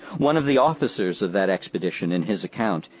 one of the officers of that expedition, in his account,